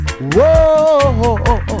Whoa